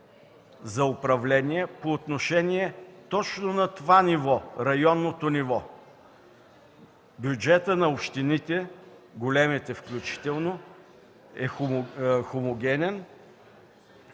за управление по отношение точно на това ниво – районното ниво. Бюджетът на общините, големите включително, е хомогенен